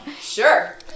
Sure